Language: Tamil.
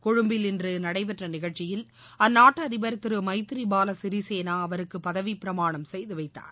கொழும்பில் நடைபெற்ற நிகழ்ச்சியில் இன்று அந்நாட்டு அதிபர் திரு மைத்ரிபால சிறிசேனா அவருக்கு பதவிப்பிரமாணம் செய்து வைத்தார்